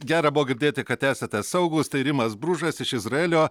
gera buvo girdėti kad esate saugūs tai rimas bružas iš izraelio